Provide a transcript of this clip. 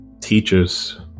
teachers